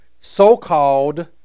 so-called